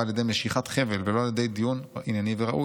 על ידי 'משיכת חבל' ולא על ידי דיון ענייני ראוי".